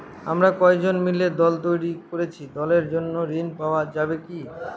আমরা কয়েকজন মিলে দল তৈরি করেছি দলের জন্য ঋণ পাওয়া যাবে কি?